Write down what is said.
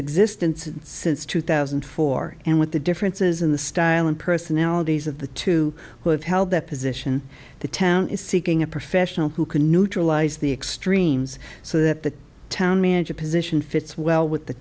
existence since two thousand and four and what the differences in the style and personalities of the two who have held that position the town is seeking a professional who can neutralize the extremes so that the town manager position fits well with the